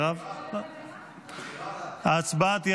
אנא,